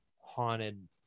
haunted